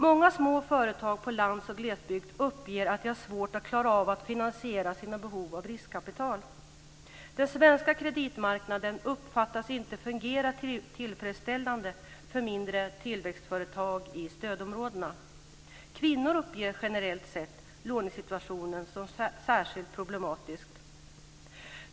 Många små företag på landsbygd och i glesbygd uppger att de har svårt att klara av att finansiera sitt behov av riskkapital. Den svenska kreditmarknaden uppfattas inte fungera tillfredsställande för mindre tillväxtföretag i stödområdena. Kvinnor uppger generellt sett lånesituationen som särskilt problematisk.